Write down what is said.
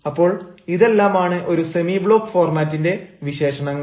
അപ്പോൾ ഇതെല്ലാമാണ് ഒരു സെമി ബ്ലോക്ക് ഫോർമാറ്റിന്റെ വിശേഷണങ്ങൾ